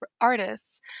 artists